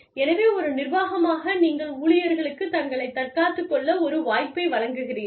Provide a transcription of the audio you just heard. எனவே ஒரு நிர்வாகமாக நீங்கள் ஊழியர்களுக்கு தங்களை தற்காத்துக் கொள்ள ஒரு வாய்ப்பை வழங்குகிறீர்கள்